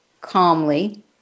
calmly